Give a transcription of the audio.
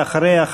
ואחריה,